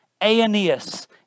Aeneas